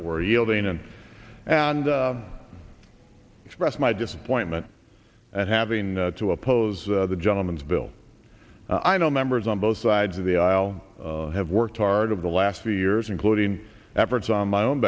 in and express my disappointment at having to oppose the gentleman's bill i know members on both sides of the aisle have worked hard over the last few years including efforts on my own